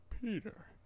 Peter